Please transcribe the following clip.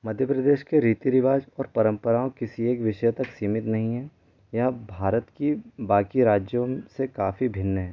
मध्य प्रदेश के रीति रिवाज और परम्पराओं किसी एक विषय तक सीमित नहीं हैं यह भारत के बाक़ी राज्यों से काफ़ी भिन्न है